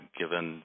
given